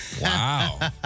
Wow